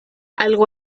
algo